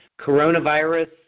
coronavirus